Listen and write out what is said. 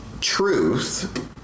truth